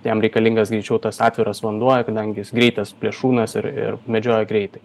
jam reikalingas greičiau tas atviras vanduo kadangi jis greitas plėšrūnas ir ir medžioja greitai